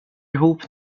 ihop